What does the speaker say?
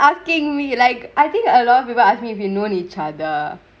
askingk me like I think a lot of people ask me if you known each other